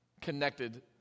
connected